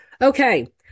Okay